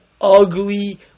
ugly